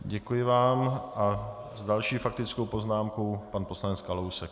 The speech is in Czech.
Děkuji vám a s další faktickou poznámkou pan poslanec Kalousek.